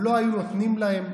לא היו נותנים להם,